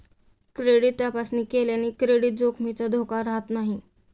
credit तपासणी केल्याने credit जोखमीचा धोका राहत नाही